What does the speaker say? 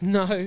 no